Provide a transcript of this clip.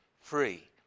free